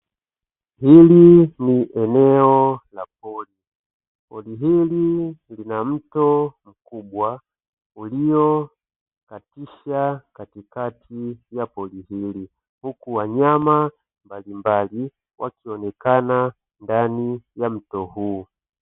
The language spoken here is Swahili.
Hili ni eneo la pori, pori hili lina mto mkubwa uliokatisha katikati ya pori hili, huku wanyama mbalimbali wakionekana ndani ya mto huu.